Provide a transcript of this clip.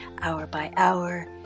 hour-by-hour